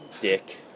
Dick